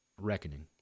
reckoning